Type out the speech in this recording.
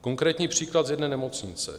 Konkrétní příklad z jedné nemocnice.